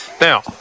Now